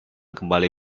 kembali